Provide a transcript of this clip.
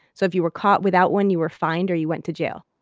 so if you were caught without one, you were fined or you went to jail.